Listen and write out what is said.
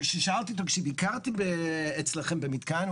וכששאלתי אותו שבקרתי אצלכם במתקן,